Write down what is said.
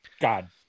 God